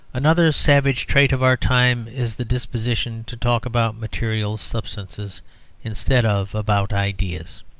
another savage trait of our time is the disposition to talk about material substances instead of about ideas.